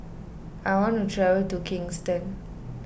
I want to travel to Kingston